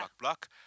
Block